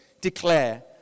declare